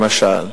למשל,